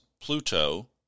Pluto